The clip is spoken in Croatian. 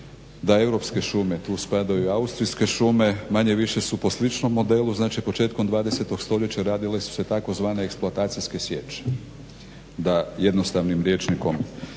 da europske šume, tu spadaju i austrijske šume, manje-više su po sličnom modelu, znači početkom 20. stoljeća radile su tzv. eksploatacijske sječe. Da jednostavnim rječnikom